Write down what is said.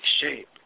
shape